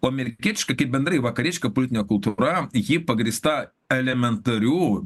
o amerikietiška kaip bendrai vakarietiška politinė kultūra ji pagrįsta elementariu